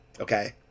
okay